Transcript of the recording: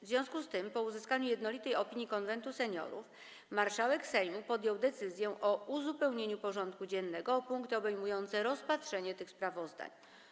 W związku z tym, po uzyskaniu jednolitej opinii Konwentu Seniorów, marszałek Sejmu podjął decyzję o uzupełnieniu porządku dziennego o punkty obejmujące rozpatrzenie tych sprawozdań.